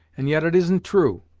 and yet it isn't true.